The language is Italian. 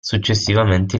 successivamente